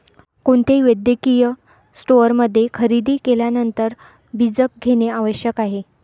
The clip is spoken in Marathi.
कोणत्याही वैद्यकीय स्टोअरमध्ये खरेदी केल्यानंतर बीजक घेणे आवश्यक आहे